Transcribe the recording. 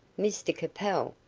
mr capel!